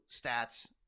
stats